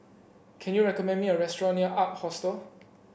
can you recommend me a restaurant near Ark Hostel